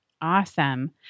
Awesome